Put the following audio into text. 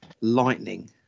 lightning